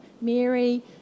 Mary